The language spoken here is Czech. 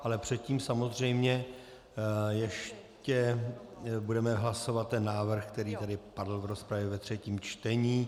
Ale předtím samozřejmě ještě budeme hlasovat návrh, který tu padl v rozpravě ve třetím čtení.